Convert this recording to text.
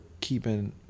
keeping